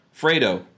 Fredo